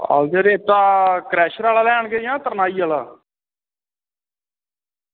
आहो ते रेता क्रैशर आह्ला लेई आह्नगे जां तरनाही आह्ला